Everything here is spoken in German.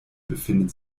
befinden